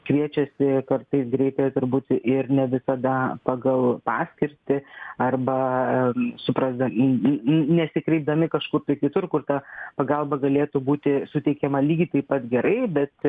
kviečiasi kartais greitąją turbūt ir ne visada pagal paskirtį arba suprasdami ne nesikreipdami kažkur kitur kur ta pagalba galėtų būti suteikiama lygiai taip pat gerai bet